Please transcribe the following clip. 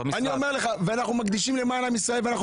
ואני אומר שאנחנו מקדישים למען עם ישראל ואנחנו